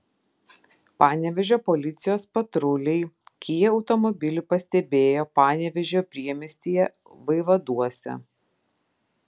panevėžio policijos patruliai kia automobilį pastebėjo panevėžio priemiestyje vaivaduose